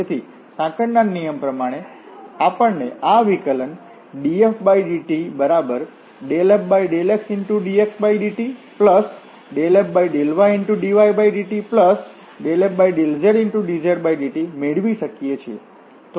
તેથી સાંકળના નિયમ પ્રમાણે આપણે આ વિકલન dfdt∂f∂xdxdt∂f∂ydydt∂f∂zdzdt મેળવી શકીએ છીએ